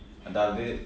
அதாவது:athaavathu